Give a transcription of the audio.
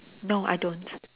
no I don't